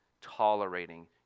tolerating